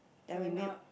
showing up